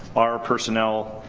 our personnel.